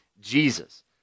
Jesus